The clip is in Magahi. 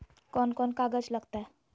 कौन कौन कागज लग तय?